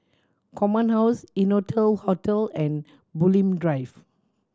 Command House Innotel Hotel and Bulim Drive